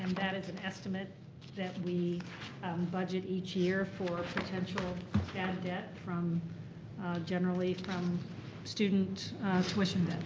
um that is an estimate that we um budget each year for potential bad debt from generally from student tuition